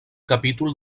capítol